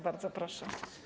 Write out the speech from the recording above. Bardzo proszę.